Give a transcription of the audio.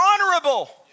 honorable